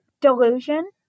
Delusion